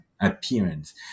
appearance